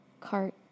cart